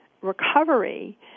recovery